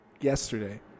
yesterday